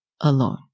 alone